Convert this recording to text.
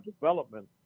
development